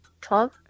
Twelve